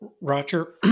Roger